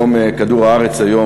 יום כדור-הארץ היום,